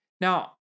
now